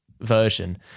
version